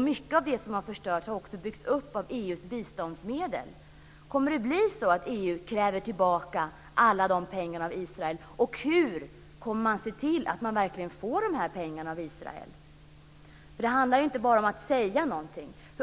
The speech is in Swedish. Mycket av det som har förstörts har byggts upp av EU:s biståndsmedel. Kommer EU att kräva tillbaka alla de pengarna av Israel, och hur kommer man att se till att man verkligen får de här pengarna av Israel? Det handlar inte bara om att säga någonting.